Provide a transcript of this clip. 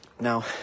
Now